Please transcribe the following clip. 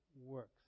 works